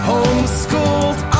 Homeschooled